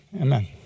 Amen